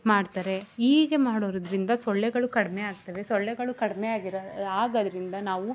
ಮಾಡ್ತಾರೆ ಹೀಗೆ ಮಾಡೋದ್ರಿಂದ ಸೊಳ್ಳೆಗಳು ಕ ಕಡಿಮೆ ಆಗ್ತದೆ ಸೊಳ್ಳೆಗಳು ಕಡಿಮೆ ಆಗಿರ ಆಗೋದ್ರಿಂದ ನಾವು